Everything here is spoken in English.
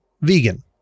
vegan